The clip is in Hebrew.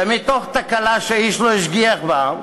ומתוך תקלה שאיש לא השגיח בה,